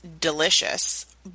delicious